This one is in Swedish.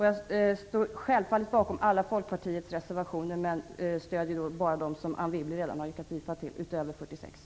Jag står självfallet bakom alla Folkpartiets reservationer, men stöder utöver nr 46 bara dem som Anne Wibble redan har yrkat bifall till.